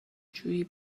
جویی